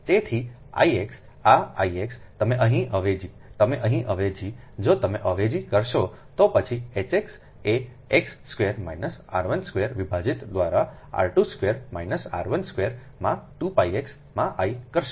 તેથી આ I X આ I x તમે અહીં અવેજી તમે અહીં અવેજી જો તમે અવેજી કરશો તો પછી H x એ x square minus r 1 square વિભાજીત દ્વારા r2 સ્ક્વેર માઇનસ r1 સ્ક્વેર માં 2pix માં I કરશે